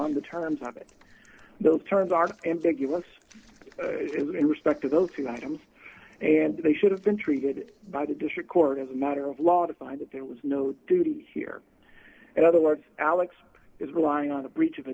on the terms of it those terms are ambiguous in respect of those two items and they should have been treated by the district court as a matter of law to find that there was no duty here in other words alex is relying on a breach of